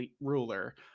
ruler